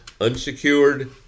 unsecured